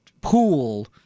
pool